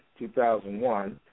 2001